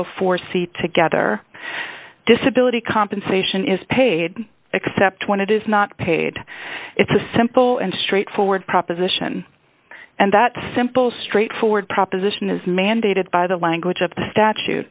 and four c together disability compensation is paid except when it is not paid it's a simple and straightforward proposition and that simple straightforward proposition is mandated by the language of the statu